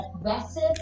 aggressive